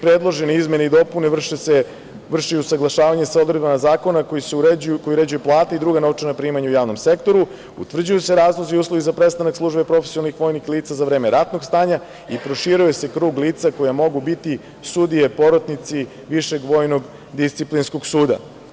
Predloženim izmenama i dopunama vrši se usaglašavanje sa odredbama zakona koji uređuje plate i druga novčana primanja u javnom sektoru, utvrđuju se razlozi i uslovi za prestanak službe profesionalnih lica za vreme ratnog stanja i proširuje se krug lica koja mogu biti sudije, porotnici Višeg vojnog disciplinskog suda.